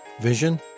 vision